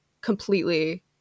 completely